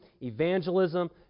evangelism